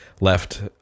left